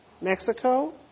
Mexico